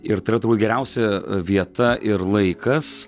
ir tai yra turbūt geriausia vieta ir laikas